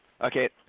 Okay